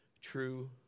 true